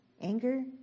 anger